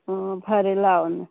ꯑꯣ ꯐꯔꯦ ꯂꯥꯛꯑꯣꯅꯦ